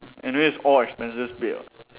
anyway it's all expenses paid [what]